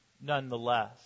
nonetheless